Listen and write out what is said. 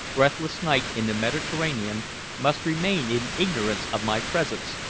breathless night in the mediterranean must remain in ignorance of my presence,